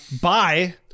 bye